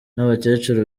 n’abakecuru